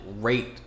rate